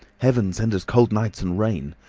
heaven send us cold nights and rain!